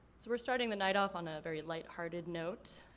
so we're starting the night off on a very light hearted note.